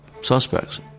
suspects